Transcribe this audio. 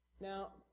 Now